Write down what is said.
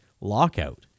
lockout